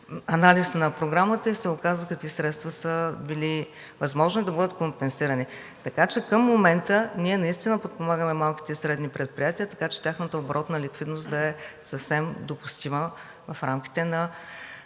анализ на Програмата и се оказа какви средства са били възможни да бъдат компенсирани. Към момента ние наистина подпомагаме малките и средните предприятия, така че тяхната оборотна ликвидно да е съвсем допустима в рамките на